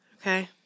Okay